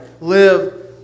Live